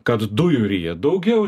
kad dujų ryja daugiau